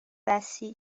بسیج